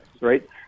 right